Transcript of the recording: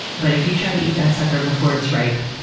but if you try to eat that sucker before it's ripe,